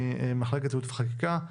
ממחלקת ייעוץ וחקיקה.